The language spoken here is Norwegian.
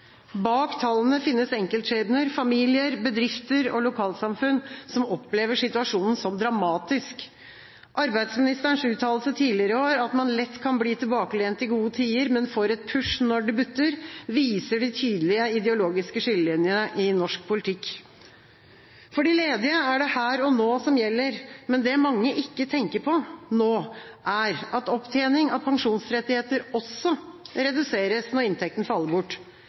Bak tallene finnes enkeltskjebner, familier, bedrifter og lokalsamfunn som opplever situasjonen som dramatisk. Arbeidsministerens uttalelse tidligere i år om at man lett kan bli tilbakelent i gode tider, men får et push når det butter, viser tydelige ideologiske skillelinjer i norsk politikk. For de ledige er det her og nå som gjelder, men det mange ikke tenker på nå, er at opptjening av pensjonsrettigheter også reduseres når inntekten faller bort.